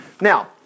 Now